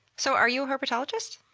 so are you a herpetologist?